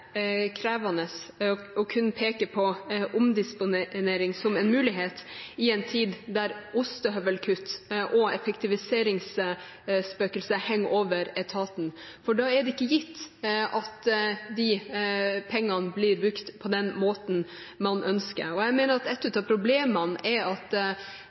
krevende kun å peke på omdisponering som en mulighet i en tid da ostehøvelkutt og effektiviseringsspøkelset henger over etaten, for da er det ikke gitt at de pengene blir brukt på den måten man ønsker. Jeg mener et av problemene er at